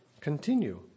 continue